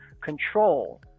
control